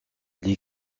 les